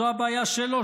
זו הבעיה שלו,